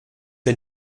wir